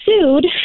sued